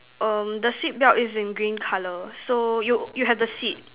um the seat belt is in green colour so you you have the seat